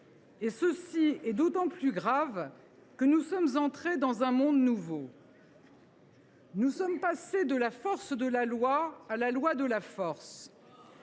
C’est d’autant plus grave que nous sommes entrés dans un monde nouveau. Nous sommes passés de la force de la loi à la loi de la force.